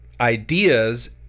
ideas